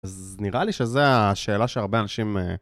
אז נראה לי שזה השאלה שהרבה אנשים...